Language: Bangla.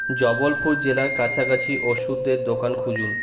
জব্বলপুর জেলায় কাছাকাছি ওষুধের দোকান খুঁজুন